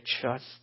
trust